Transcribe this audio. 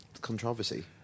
controversy